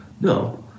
No